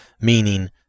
meaning